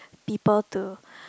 people to